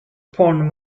porn